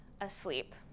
asleep